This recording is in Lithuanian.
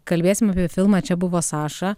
kalbėsim apie filmą čia buvo saša